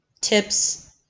tips